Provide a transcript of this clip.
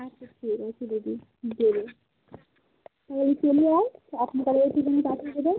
আচ্ছা ঠিক আছে দেখি কী করি ওই চলে আয় আপনি তাহলে সেখানে পাঠিয়ে দেবেন